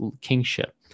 kingship